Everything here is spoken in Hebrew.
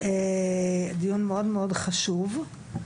דיון מאוד מאוד חשוב.